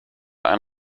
ein